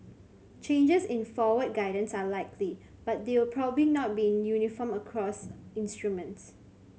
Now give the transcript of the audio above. changes in forward guidance are likely but they will probably not be uniform across instruments